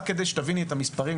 רק כדי שתביני את המספרים,